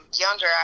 younger